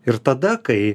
ir tada kai